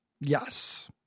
Yes